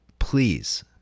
Please